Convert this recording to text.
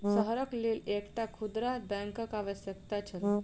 शहरक लेल एकटा खुदरा बैंकक आवश्यकता छल